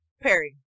perry